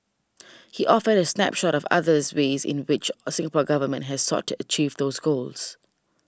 he offered a snapshot of others ways in which a Singapore Government has sought to achieve those goals